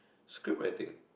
script writing